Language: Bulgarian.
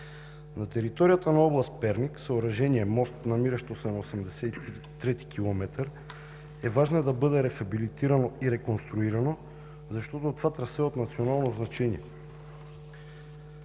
На територията на област Перник съоръжение – мост, намиращо се на 83-ти километър, е важно да бъде рехабилитирано и реконструирано, защото това трасе е от национално значение.